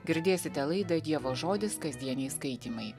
girdėsite laidą dievo žodis kasdieniai skaitymai